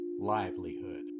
livelihood